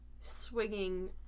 swinging